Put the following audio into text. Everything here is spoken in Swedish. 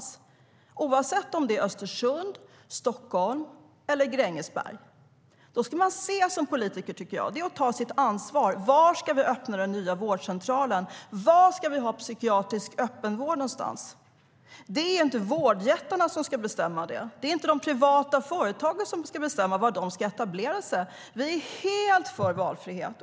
Det ska gälla oavsett om det är i Östersund, Stockholm eller Grängesberg.Vi är helt för valfrihet.